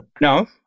No